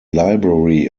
library